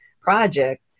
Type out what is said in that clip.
project